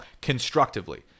constructively